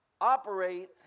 operate